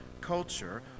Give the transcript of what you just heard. culture